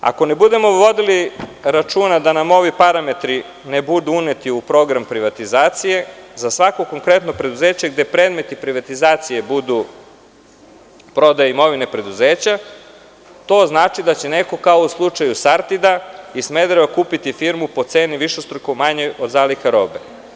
Ako ne budemo vodili računa da nam ovi parametri ne budu uneti u program privatizacije, za svako konkretno preduzeće gde predmeti privatizacije budu prodaja imovine preduzeća, to znači da će neko kao u slučaju „Sartida“ i „Smedereva“ kupiti firmu po ceni višestruko manjoj od zaliha roba.